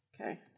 Okay